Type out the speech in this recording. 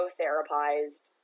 therapized